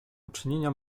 uczynienia